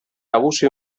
abuso